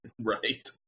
right